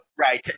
Right